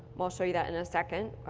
i'll show you that in a second,